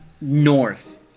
north